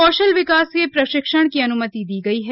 कौशल विकास के प्रशिक्षण की अन्मति दी गई है